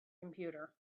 computer